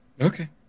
Okay